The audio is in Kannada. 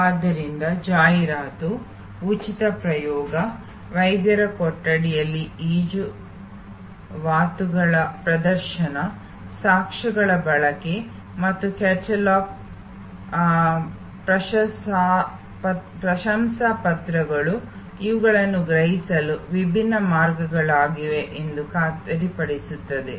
ಆದ್ದರಿಂದ ಜಾಹೀರಾತು ಉಚಿತ ಪ್ರಯೋಗ ವೈದ್ಯರ ಕೊಠಡಿಯಲ್ಲಿ ರುಜುವಾತುಗಳ ಪ್ರದರ್ಶನ ಸಾಕ್ಷ್ಯಗಳ ಬಳಕೆ ಮತ್ತು ಕ್ಯಾಟಲಾಗ್ ಪ್ರಶಂಸಾಪತ್ರಗಳು ಇವುಗಳನ್ನು ಗ್ರಹಿಸಲು ವಿಭಿನ್ನ ಮಾರ್ಗಗಳಾಗಿವೆ ಎಂದು ಖಾತರಿಪಡಿಸುತ್ತದೆ